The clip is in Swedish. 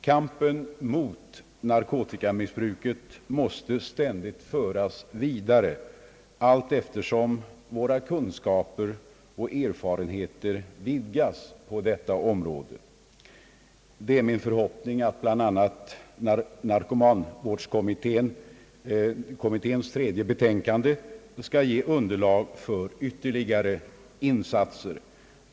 Kampen mot narkotikamissbruket måste ständigt föras vidare, allteftersom våra kunskaper och erfarenheter på detta område vidgas. Det är min förhoppning, att bl.a. narkomanvårdskommitténs tredje betänkande skall ge underlag för ytterligare insatser.